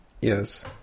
Yes